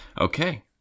okay